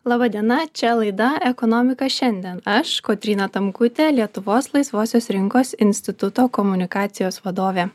laba diena čia laida ekonomika šiandien aš kotryna tamkutė lietuvos laisvosios rinkos instituto komunikacijos vadovė